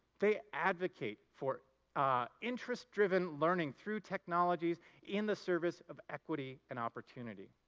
they advocate for interest-driven learning through technologies in the service of equity and opportunity.